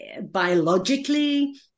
biologically